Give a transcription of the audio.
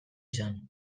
izan